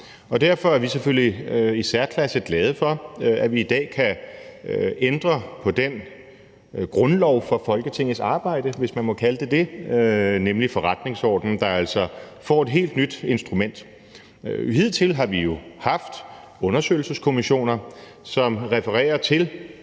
selvfølgelig i særklasse glade for, at vi i dag kan ændre på den grundlov for Folketingets arbejde, hvis man må kalde den det, nemlig forretningsordenen, der altså får et helt nyt instrument. Hidtil har vi jo haft undersøgelseskommissioner, som refererer til